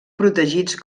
protegits